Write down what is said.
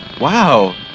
Wow